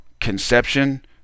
conception